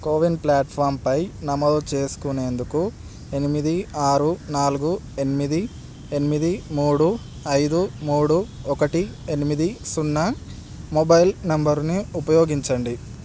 CoWIN platform నమోదు చేసుకునేందుకు ఎనిమిది ఆరు నాలుగు ఎనిమిది ఎనిమిది మూడు ఐదు మూడు ఒకటి ఎనిమిది సున్నా మొబైల్ నంబరుని ఉపయోగించండి